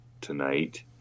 tonight